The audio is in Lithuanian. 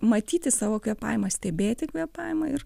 matyti savo kvėpavimą stebėti kvėpavimą ir